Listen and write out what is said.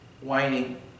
whining